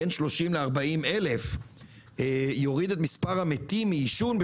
בין 30,000 ל-40,000 את מספר המתים מעישון.